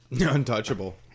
Untouchable